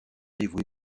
dévoué